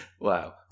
Wow